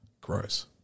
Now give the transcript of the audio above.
Gross